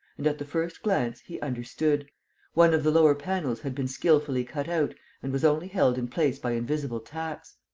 and, at the first glance, he understood one of the lower panels had been skilfully cut out and was only held in place by invisible tacks.